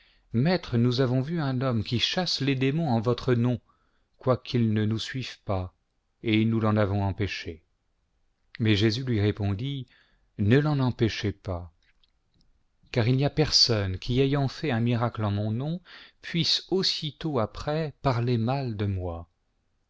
maître nous avons vu un homme qui chasse les démons en votre nom quoique ne nous suive pas et nous l'en avons empêché mais jésus lui répondit ne l'en empêchez pas car il n'y a personne qui ayant fait un miracle en mon nom puisse aussitôt après parler mal de moi